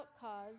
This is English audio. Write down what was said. cause